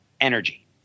energy